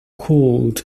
cooled